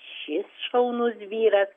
šis šaunus vyras